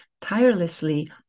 tirelessly